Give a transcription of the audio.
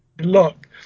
look